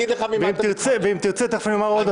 ואם תרצה תכף אני אומר עוד דבר.